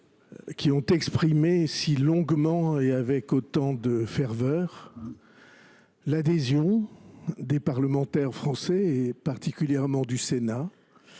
qui ont exprimé si longuement et avec ferveur l’adhésion des parlementaires français, particulièrement du Sénat,